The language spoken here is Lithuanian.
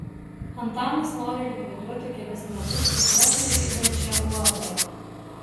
antanas nori likviduoti kelis metus veiklos nevykdančią uab